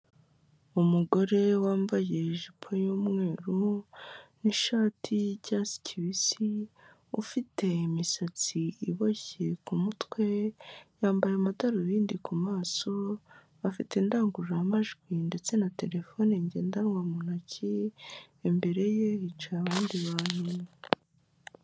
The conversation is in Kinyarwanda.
Umugore wambaye ijipo y'umweru n'ishati y'icyatsi kibisi ufite imisatsi iboshye ku mutwe, yambaye amadarubindi ku maso afite indangururamajwi ndetse na terefone ngendanwa mu ntoki imbere ye hicaye abandi bantu.